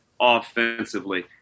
offensively